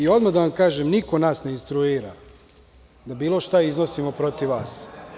Odmah da vam kažem, niko nas ne instruira da bilo šta iznosimo protiv vas.